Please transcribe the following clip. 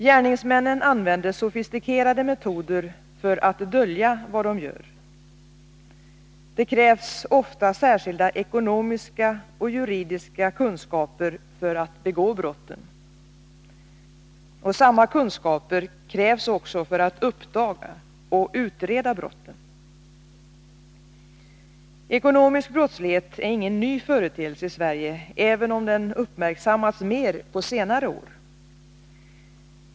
Gärningsmännen använder sofistikerade metoder för att dölja vad de gör. Det krävs ofta särskilda ekonomiska och juridiska kunskaper för att begå brotten. Samma kunskaper krävs också för att uppdaga och utreda brotten. Ekonomisk brottslighet är ingen ny företeelse i Sverige, även om den uppmärksammats mer på senare år.